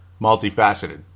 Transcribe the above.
multifaceted